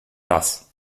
raz